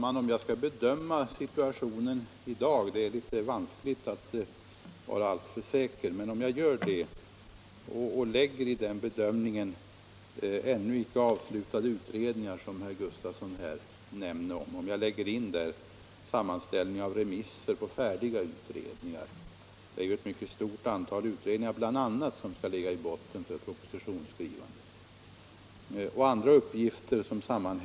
Regeringens beslut om generellt arbetsoch uppehållstillstånd för assyrier omfattar ett villkor om innehav av giltigt turkiskt pass. Detta utesluter ett stort antal assyrier, som under längre tid vistats i Sverige men kommit hit på andra pass än turkiska.